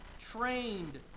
trained